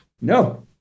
no